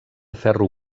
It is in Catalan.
ferro